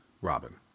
Robin